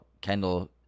Kendall